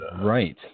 Right